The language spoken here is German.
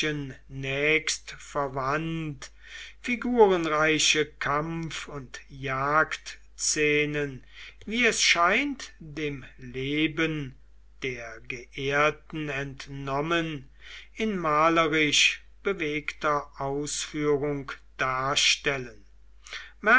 nächst verwandt figurenreiche kampf und jagdszenen wie es scheint dem leben der geehrten entnommen in malerisch bewegter ausführung darstellen